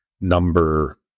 number